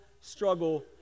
struggle